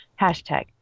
Hashtag